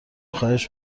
خواهش